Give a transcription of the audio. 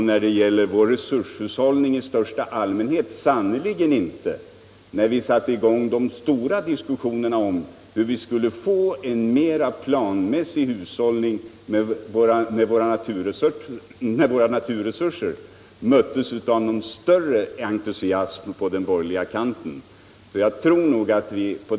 När vi satte i gång de stora diskussionerna om hur vi skulle få en mera planmässig hushållning med våra naturresurser i största allmänhet, möttes vi sannerligen inte av någon större entusiasm på den borgerliga kanten.